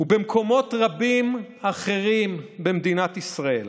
ובמקומות רבים אחרים במדינת ישראל